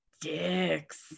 dicks